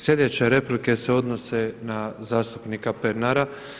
Sljedeće replike se odnose na zastupnika Pernara.